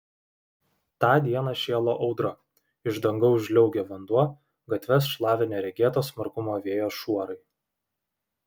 tą dieną šėlo audra iš dangaus žliaugė vanduo gatves šlavė neregėto smarkumo vėjo šuorai